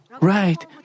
right